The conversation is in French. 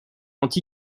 anti